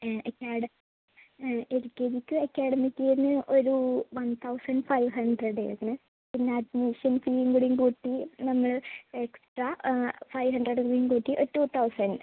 L K ജിക്ക് academic ഇയറിന് ഒരു വൺ തൗസൻറ് ഫൈവ് ഹൺഡ്രഡ് ഇയറിന് പിന്നെ അഡ്മിഷൻ ഫീയുംകൂടി കൂട്ടി നമ്മൾ എക്സ്ട്രാ ഫൈവ് ഹൺഡ്രഡും കൂടിക്കൂട്ടി ഒരു ടു തൗസൻറ്